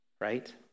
right